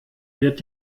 wird